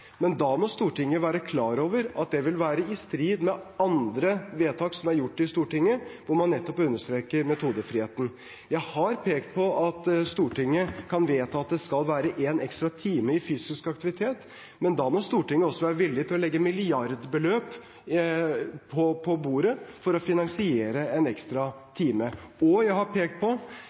Men da må Stortinget være klar over at det vil være i strid med andre vedtak som er gjort i Stortinget, hvor man nettopp understreker metodefriheten. Jeg har pekt på at Stortinget kan vedta at det skal være én ekstra time fysisk aktivitet, men da må Stortinget også være villig til å legge milliardbeløp på bordet for å finansiere en ekstra time. Jeg har også pekt på